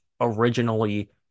originally